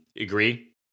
Agree